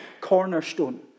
cornerstone